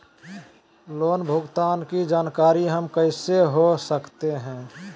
Loan भुगतान की जानकारी हम कैसे हो सकते हैं?